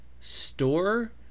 store